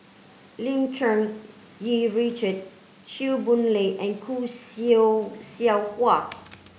Lim Cherng Yih Richard Chew Boon Lay and Khoo Seow Seow Hwa